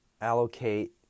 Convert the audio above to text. allocate